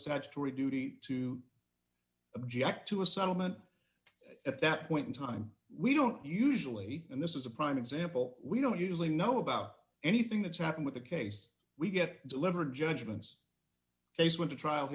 statutory duty to object to a settlement at that point in time we don't usually and this is a prime example we don't usually know about anything that's happened with the case we get delivered judgments based went to trial